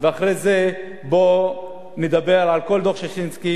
ואחרי זה בוא נדבר על כל דוח-ששינסקי,